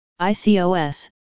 ICOS